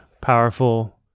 powerful